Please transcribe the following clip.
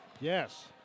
Yes